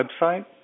website